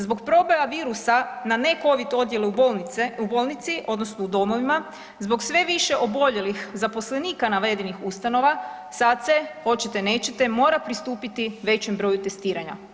Zbog proboja virusa na „necovid“ odjele u bolnice, u bolnici, odnosno u domovima, zbog sve više oboljelih zaposlenika navedenih ustanova, sad se, hoćete, nećete, mora pristupiti većem broju testiranja.